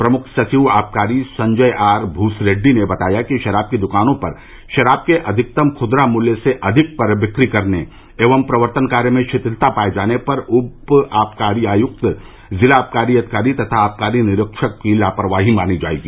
प्रमुख सचिव आबकारी संजय आर भूत रेड़वी ने बताया कि शराब की दुकानों पर शराब के अधिकतम खुदरा मूल्य से अधिक पर दिक्री करने एवं प्रवर्तन कार्य में शिथिलता पाये जाने पर उप आबकारी आयुक्त जिला आबकारी अविकारी तथा आबकारी निरीक्षक की लापरवाही मानी जायेगी